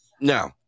No